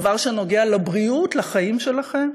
דבר שנוגע בבריאות, בחיים שלכם,